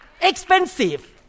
expensive